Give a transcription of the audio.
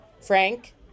Frank